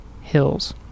Hills